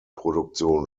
produktion